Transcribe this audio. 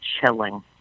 chilling